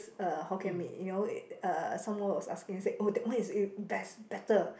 uh Hokkien Mee you know uh someone was asking said oh that one is best better